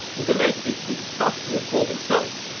in the late sixties he started to record himself,